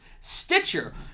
Stitcher